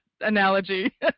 analogy